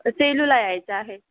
सेलूला यायचं आहे